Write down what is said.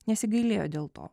nesigailėjo dėl to